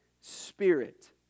Spirit